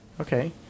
Okay